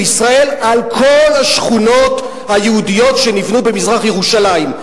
ישראל על כל השכונות היהודיות שנבנו במזרח-ירושלים,